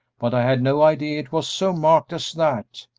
but i had no idea it was so marked as that.